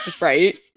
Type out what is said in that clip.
Right